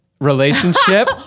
relationship